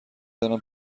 زنم